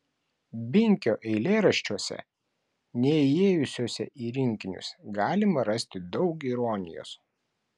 binkio eilėraščiuose neįėjusiuose į rinkinius galima rasti daug ironijos